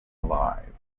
alive